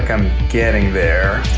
i'm getting there.